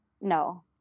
No